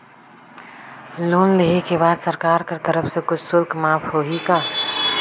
Loan लेहे के बाद सरकार कर तरफ से कुछ शुल्क माफ होही का?